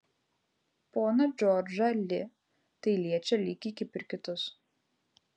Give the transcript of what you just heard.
poną džordžą li tai liečia lygiai kaip ir kitus